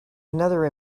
another